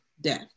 death